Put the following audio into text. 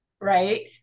Right